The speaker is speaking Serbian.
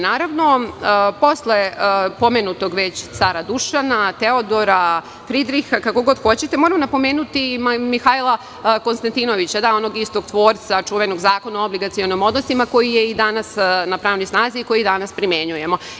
Naravno, posle već pomenutog cara Dušana, Teodora, Fridriha, kako god hoćete, moram napomenuti i Mihajla Konstantinovića, onog istog tvorca čuvenog Zakona o obligacionim odnosima, koji je i danas na pravnoj snazi i koji i danas primenjujemo.